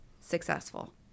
successful